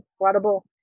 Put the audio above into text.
incredible